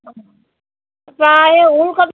বা এই ওলকবি